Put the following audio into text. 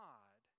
God